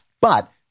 But-